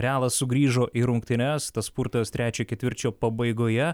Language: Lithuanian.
realas sugrįžo į rungtynes tas spurtas trečio ketvirčio pabaigoje